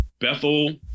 Bethel